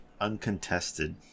uncontested